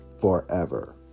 forever